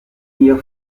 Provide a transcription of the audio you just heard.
niyo